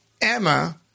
Emma